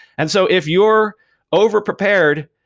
and so if you're over-prepared,